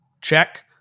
check